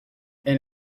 and